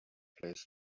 place